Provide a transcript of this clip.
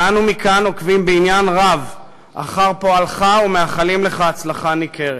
ואנו מכאן עוקבים בעניין רב אחר פועלך ומאחלים לך הצלחה ניכרת.